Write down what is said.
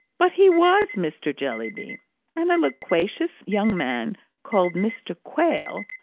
but he was mr. jellyby and a loquacious young man called mr. quale,